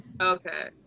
Okay